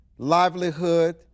livelihood